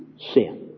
sin